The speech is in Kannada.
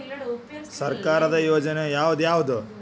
ಸರ್ಕಾರದ ಯೋಜನೆ ಯಾವ್ ಯಾವ್ದ್?